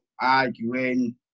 arguing